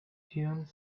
tune